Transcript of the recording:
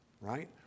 right